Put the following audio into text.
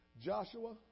Joshua